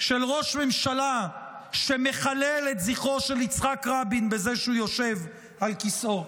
של ראש ממשלה שמחלל את זכרו של יצחק רבין בזה שהוא יושב על כיסאו.